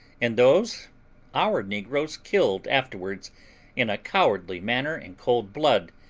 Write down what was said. and those our negroes killed afterwards in a cowardly manner in cold blood,